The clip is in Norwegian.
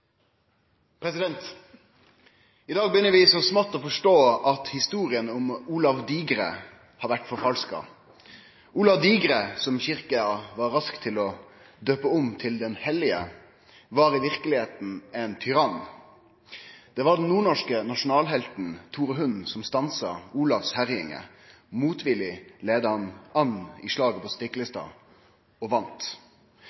I dag begynner vi så smått å forstå at historia om Olav Digre har vore forfalska. Olav Digre, som Kyrkja var rask til å døype om til «den heilage», var i røynda ein tyrann. Det var den nordnorske nasjonalhelten Tore Hund som stansa Olavs herjingar. Motvillig leia han an i slaget på